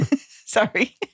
Sorry